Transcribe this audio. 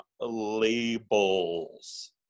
labels